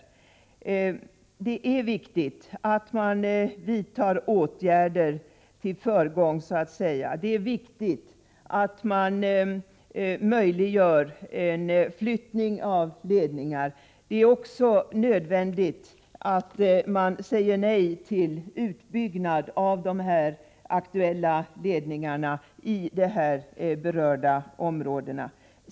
Men det är viktigt att man vidtar åtgärder och att man möjliggör flyttning av ledningar. Det är vidare nödvändigt att man säger nej till utbyggnad av de aktuella ledningarna i här berörda områden.